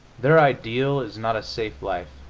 their ideal is not a safe life,